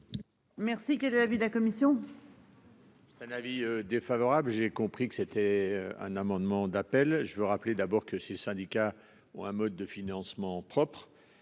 Merci, qui est de l'avis de la commission.-- C'est un avis défavorable. J'ai compris que c'était un amendement d'appel je veux rappeler d'abord que ces syndicats ou un mode de financement propre